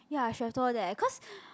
ya I should have told her that cause